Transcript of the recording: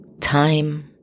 time